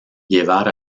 llevar